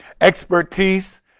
expertise